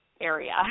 area